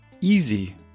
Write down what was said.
easy